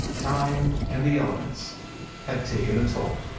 time and the elements had taken a toll.